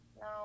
No